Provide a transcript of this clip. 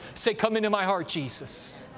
say, come into my heart, jesus!